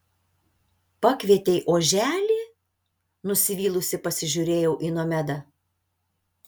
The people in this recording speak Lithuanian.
pakvietei oželį nusivylusi pasižiūrėjau į nomedą